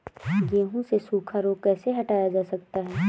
गेहूँ से सूखा रोग कैसे हटाया जा सकता है?